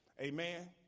Amen